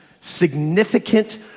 Significant